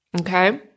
Okay